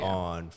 on